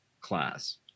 class